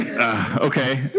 Okay